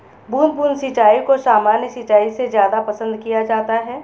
बूंद बूंद सिंचाई को सामान्य सिंचाई से ज़्यादा पसंद किया जाता है